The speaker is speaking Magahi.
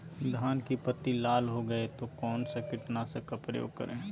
धान की पत्ती लाल हो गए तो कौन सा कीटनाशक का प्रयोग करें?